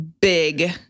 big